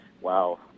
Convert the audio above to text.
Wow